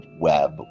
web